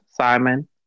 Simon